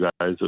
guys